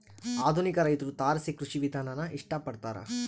ಆಧುನಿಕ ರೈತ್ರು ತಾರಸಿ ಕೃಷಿ ವಿಧಾನಾನ ಇಷ್ಟ ಪಡ್ತಾರ